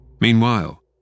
Meanwhile